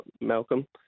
Malcolm